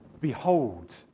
Behold